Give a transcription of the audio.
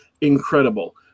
incredible